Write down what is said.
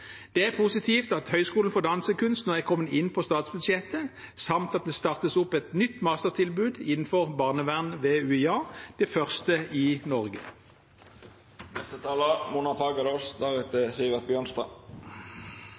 Det er positivt at Høyskolen for dansekunst nå er kommet inn på statsbudsjettet, samt at det startes opp et nytt mastertilbud innenfor barnevern ved Universitetet i Agder – det første i Norge.